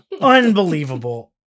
Unbelievable